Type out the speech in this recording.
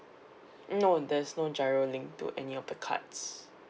no there's no GIRO linked to any of the cards